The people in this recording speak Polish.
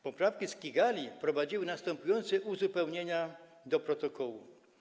Poprawki z Kigali wprowadziły następujące uzupełnienia do protokołu.